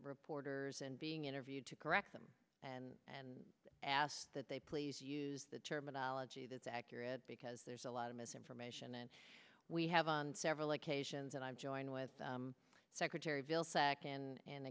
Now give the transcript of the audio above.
reporters and being interviewed to correct them and and ask that they please use the terminology that's accurate because there's a lot of misinformation and we have on several occasions that i've joined with secretary vil